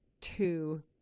two